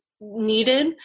needed